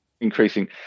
increasing